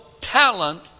talent